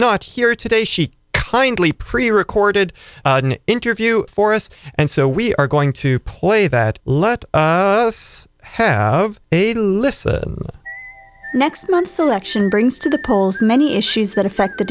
not here today she kindly prerecorded an interview for us and so we are going to play that let us have a listen next month's election brings to the polls many issues that affect the